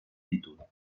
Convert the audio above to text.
títol